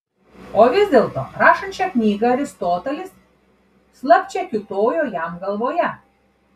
o vis dėlto rašant šią knygą aristotelis slapčia kiūtojo jam galvoje